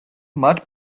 მათ